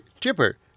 chipper